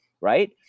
right